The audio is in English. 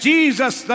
Jesus